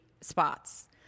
spots